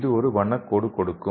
இது ஒரு வண்ண கோடு கொடுக்கும்